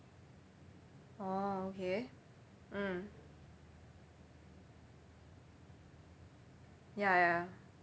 orh okay mm ya ya